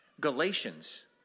Galatians